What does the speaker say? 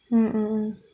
mm mm mm